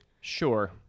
sure